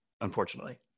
unfortunately